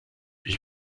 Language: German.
ich